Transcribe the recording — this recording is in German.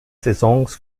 saisons